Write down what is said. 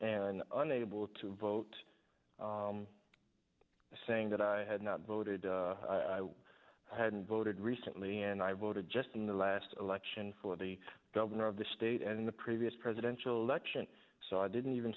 and unable to vote saying that i had not voted i hadn't voted recently and i voted just in the last election for the governor of the state in the previous presidential election so i didn't even